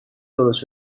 درست